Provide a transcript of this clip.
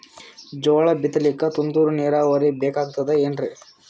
ಜೋಳ ಬಿತಲಿಕ ತುಂತುರ ನೀರಾವರಿ ಬೇಕಾಗತದ ಏನ್ರೀ?